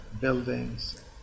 buildings